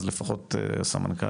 אז לפחות סמנכ"ל.